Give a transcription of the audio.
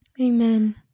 Amen